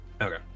okay